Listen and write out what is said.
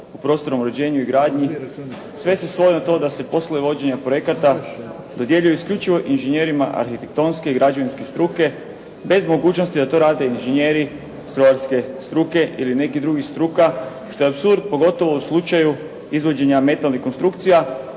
u prostornom uređenju i gradnji sve se svodi na to da se poslovi vođenja projekata dodjeljuju isključivo inženjerima arhitektonske i građevinske struke bez mogućnosti da to rade inženjeri strojarske struke ili nekih drugih struka što je apsurd pogotovo u slučaju izvođenja metalnih konstrukcija